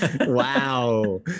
wow